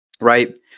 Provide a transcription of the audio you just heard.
right